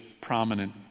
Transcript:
prominent